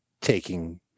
taking